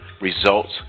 Results